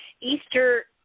Easter